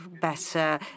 better